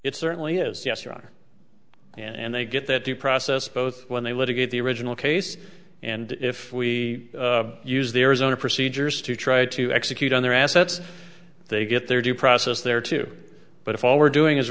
it certainly is yes you are and they get that due process both when they litigate the original case and if we use the arizona procedures to try to execute on their assets they get their due process there too but if all we're doing is